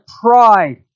pride